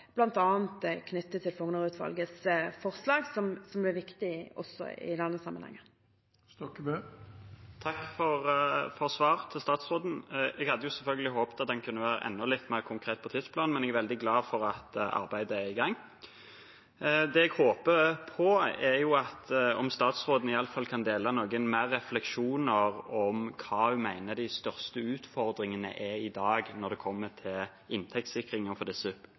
knyttet til Fougner-utvalgets forslag, som er viktige også i denne sammenhengen. Takk for svaret til statsråden. Jeg hadde selvfølgelig håpet at en kunne vært enda litt mer konkret på tidsplanen, men jeg er veldig glad for at arbeidet er i gang. Det jeg håper på, er at statsråden i alle fall kan dele noen flere refleksjoner om hva hun mener er de største utfordringene i dag når det gjelder inntektssikring for disse